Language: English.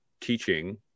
teaching